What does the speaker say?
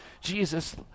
Jesus